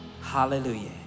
hallelujah